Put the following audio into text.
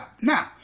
Now